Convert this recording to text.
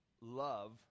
love